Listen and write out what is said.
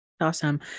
Awesome